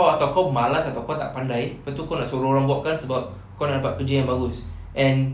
kau atau kau malas atau kau tak pandai lepas tu kau nak suruh orang buat kan sebab kau nak dapat kerja yang bagus and